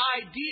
idea